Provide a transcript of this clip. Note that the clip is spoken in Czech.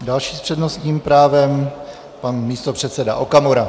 Další s přednostním právem pan místopředseda Okamura.